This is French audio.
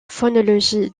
phonologie